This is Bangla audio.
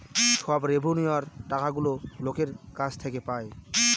সব রেভিন্যুয়র টাকাগুলো লোকের কাছ থেকে পায়